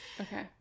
Okay